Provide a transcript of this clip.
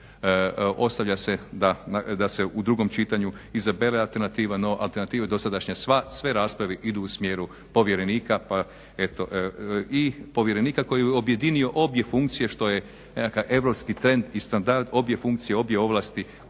Ostavlja se da se u drugom čitanju izabere alternativa no alternativa dosadašnja i sve rasprave idu u smjeru povjerenika i povjerenika koji je objedinio obje funkcije što je nekakav europski trend i standard obje funkcije obje ovlasti